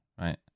right